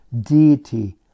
deity